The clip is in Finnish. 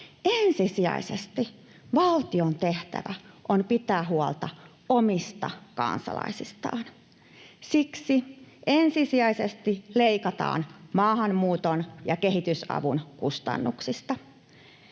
Ensisijaisesti valtion tehtävä on pitää huolta omista kansalaisistaan. Siksi ensisijaisesti leikataan maahanmuuton ja kehitysavun kustannuksista.